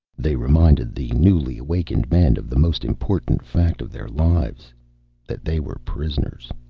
they reminded the newly awakened men of the most important fact of their lives that they were prisoners.